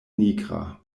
nigra